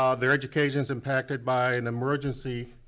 um their education's impacted by an emergency